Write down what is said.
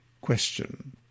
Question